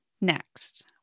next